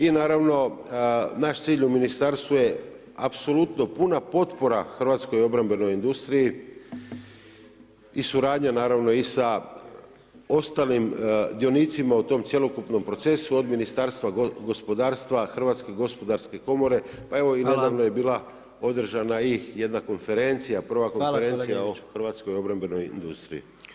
I naravno naš cilj u ministarstvu je apsolutno puna potpora hrvatskoj obrambenoj industriji i suradnja naravno i sa ostalim dionicima u tom cjelokupnom procesu od Ministarstva gospodarstva, Hrvatske gospodarske komore pa evo i nedavno je bila održana i jedna konferencija, [[Upadica predsjednik: Hvala gospodine Ivić.]] prva konferencija o hrvatskoj obrambenoj industriji.